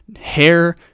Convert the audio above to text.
hair